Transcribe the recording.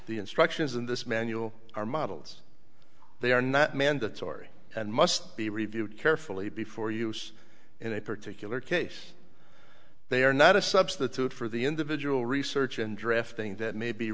the instructions in this manual are models they are not mandatory and must be reviewed carefully before use in a particular case they are not a substitute for the individual research and drafting that may be